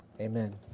amen